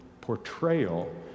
portrayal